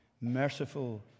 merciful